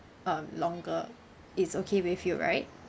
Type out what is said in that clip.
um longer it's okay with you right